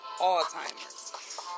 Alzheimer's